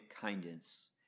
kindness